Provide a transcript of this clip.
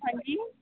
ਹਾਂਜੀ